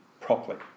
properly